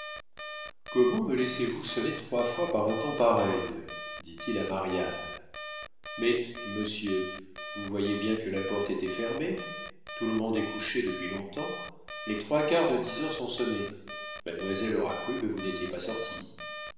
comment me laissez-vous sonner trois fois par un temps pareil dit-il à marianne mais monsieur vous voyez bien que la porte était fermée tout le monde est couché depuis long-temps les trois quarts de dix heures sont sonnés mademoiselle aura cru que vous n'étiez pas sorti